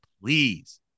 please